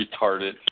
retarded